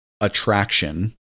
attraction